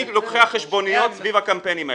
ותמצא מי לוקחי החשבוניות סביב הקמפיינים האלה.